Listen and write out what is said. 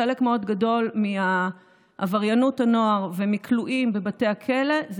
חלק מאוד גדול מעבריינות הנוער ומכלואים בבתי הכלא זה